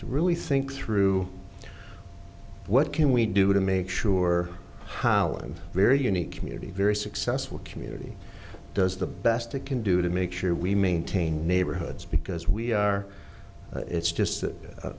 to really think through what can we do to make sure highland very unique community very successful community does the best it can do to make sure we maintain neighborhoods because we are it's just